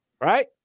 Right